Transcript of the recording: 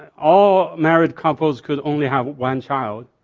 all married couples could only have one child,